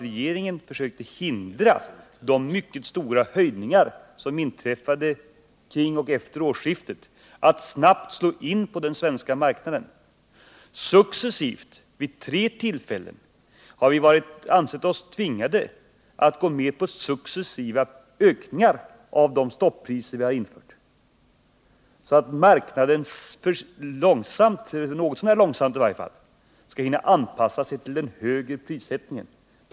Regeringen försöker ju förhindra att de mycket stora höjningar som inträffade kring och efter årsskiftet kommer att snabbt slå igenom på den svenska marknaden. Vi har vid tre tillfällen ansett oss tvingade att gå med på successiva ökningar av de stoppriser vi infört så att marknaden långsamt skall kunna anpassa sig till högre priser.